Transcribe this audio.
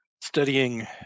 studying